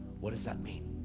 what does that mean?